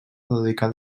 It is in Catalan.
dedicada